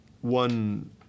one